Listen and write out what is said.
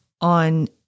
on